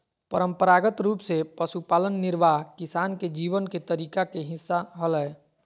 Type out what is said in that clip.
परंपरागत रूप से पशुपालन निर्वाह किसान के जीवन के तरीका के हिस्सा हलय